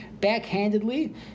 backhandedly